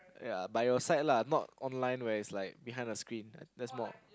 ya by your side lah not online where is like behind a screen that's more